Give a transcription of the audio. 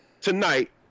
tonight